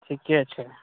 ठीके छै